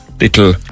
little